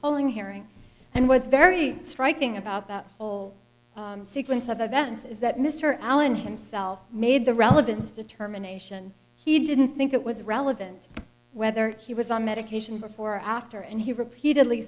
olling hearing and what's very striking about that whole sequence of events is that mr allen himself made the relevance determination he didn't think it was relevant whether he was on medication before or after and he repeatedly